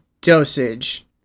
dosage